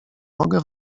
mogę